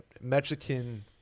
Mexican